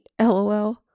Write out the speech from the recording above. lol